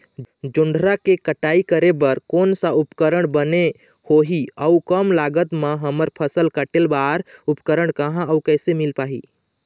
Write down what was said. जोंधरा के कटाई करें बर कोन सा उपकरण बने होही अऊ कम लागत मा हमर फसल कटेल बार उपकरण कहा अउ कैसे मील पाही?